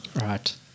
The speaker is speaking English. Right